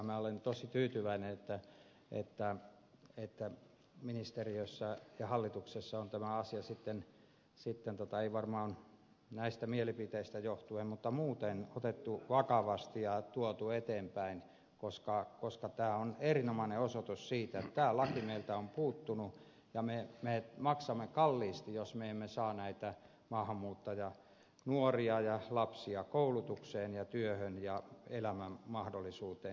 minä olen tosi tyytyväinen että ministeriössä ja hallituksessa on tämä asia ei varmaan näistä mielipiteistä johtuen mutta muuten otettu vakavasti ja tuotu eteenpäin koska tämä on erinomainen osoitus siitä että tämä laki meiltä on puuttunut ja me maksamme kalliisti jos me emme saa näitä maahanmuuttajanuoria ja lapsia koulutukseen ja työhön ja elämän mahdollisuuteen